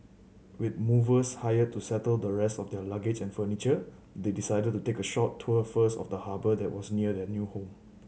with movers hired to settle the rest of their luggage and furniture they decided to take a short tour first of the harbour that was near their new home